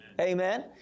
Amen